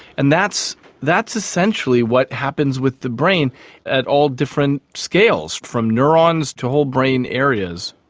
and that's that's essentially what happens with the brain at all different scales, from neurons to whole brain areas.